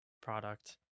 product